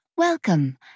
welcome